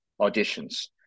auditions